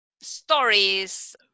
stories